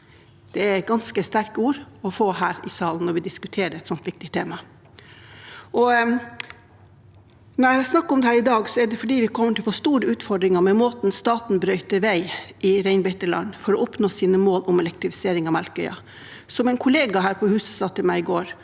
Det er ganske sterke ord å få her i salen når vi diskuterer et sånt viktig tema. Og når jeg snakker om dette her i dag, er det fordi vi kommer til å få store utfordringer med måten staten brøyter vei i reinbeiteland for å oppnå sine mål om elektrifisering av Melkøya. Som en kollega her på huset sa til meg i går: